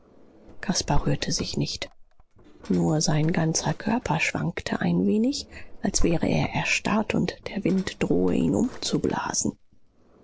caspar rührte sich nicht nur sein ganzer körper schwankte ein wenig als wäre er erstarrt und der wind drohe ihn umzublasen